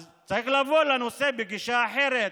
אז צריך לבוא לנושא בגישה אחרת